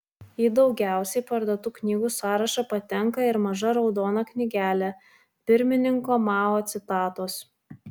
į daugiausiai parduotų knygų sąrašą patenka ir maža raudona knygelė pirmininko mao citatos